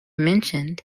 mentioned